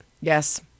Yes